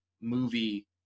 movie